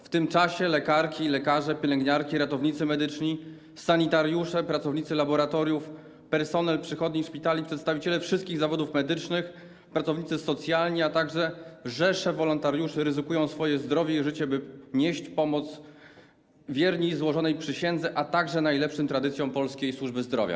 W tym czasie lekarki i lekarze, pielęgniarki, ratownicy medyczni, sanitariusze, pracownicy laboratoriów, personel przychodni i szpitali, przedstawiciele wszystkich zawodów medycznych, pracownicy socjalni, a także rzesze wolontariuszy ryzykują swoje zdrowie i życie, by nieść pomoc - wierni złożonej przysiędze, a także najlepszym tradycjom polskiej służby zdrowia.